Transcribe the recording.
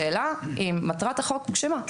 השאלה האם מטרת החוק הוגשמה?